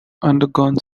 undergone